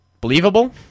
Believable